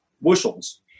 bushels